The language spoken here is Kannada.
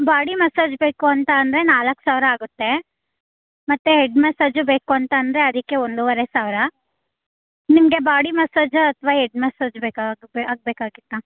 ಬಾಡಿ ಮಸಾಜ್ ಬೇಕು ಅಂತ ಅಂದರೆ ನಾಲ್ಕು ಸಾವಿರ ಆಗುತ್ತೆ ಮತ್ತು ಹೆಡ್ ಮಸಾಜು ಬೇಕು ಅಂತ ಅಂದರೆ ಅದಕ್ಕೆ ಒಂದುವರೆ ಸಾವಿರ ನಿಮಗೆ ಬಾಡಿ ಮಸಾಜ ಅಥವಾ ಹೆಡ್ ಮಸಾಜ್ ಬೇಕಾ ಆಗಬೇಕಾಗಿತ್ತಾ